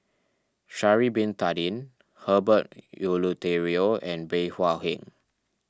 Sha'ari Bin Tadin Herbert Eleuterio and Bey Hua Heng